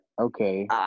Okay